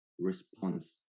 response